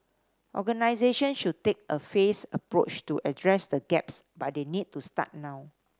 organisation should take a phased approach to address the gaps but they need to start now